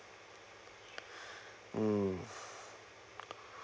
mm